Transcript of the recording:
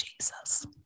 Jesus